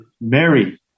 Mary